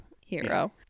Hero